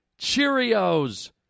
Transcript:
Cheerios